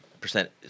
percent